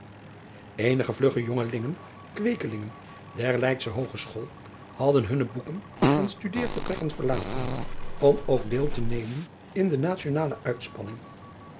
enige vlugge jongelingen kweekelingen der eydsche oogeschool hadden hunne boeken en studeervertrekken verlaten om ook deel te n men in de nationale uitspinning